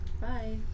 Bye